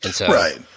Right